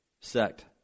sect